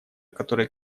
который